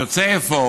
יוצא אפוא